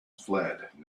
fled